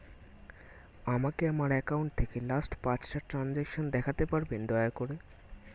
আমাকে আমার অ্যাকাউন্ট থেকে লাস্ট পাঁচটা ট্রানজেকশন দেখাতে পারবেন দয়া করে